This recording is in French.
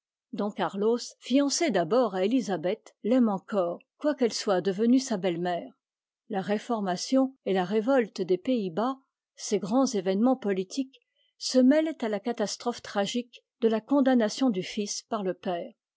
carlos fiancé d'abord à élisabeth l'aime encore quoiqu'elle soit devenue sa belle-mère la réformation et la révolte des paysbas ces grands événements politiques se mêlent à la catastrophe tragique de la condamnation du fils par le père